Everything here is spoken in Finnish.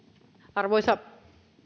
arvoisa